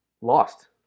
lost